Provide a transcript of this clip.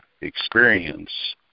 experience